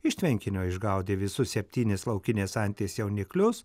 iš tvenkinio išgaudė visus septynis laukinės anties jauniklius